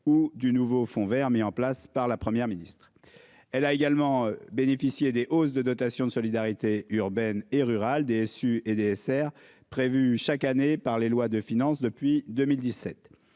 ou du nouveau Fonds Vert mis en place par la Première ministre. Elle a également bénéficié des hausses de dotation de solidarité urbaine et rurale déçu et DSR prévus chaque année par les lois de finances depuis 2017